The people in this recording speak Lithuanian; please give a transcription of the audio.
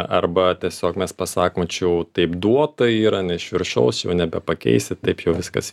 arba tiesiog mes pasakome čia jau taip duota yra ne iš viršaus jau nebepakeisi taip jau viskas